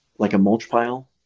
like a mulch pile,